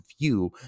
view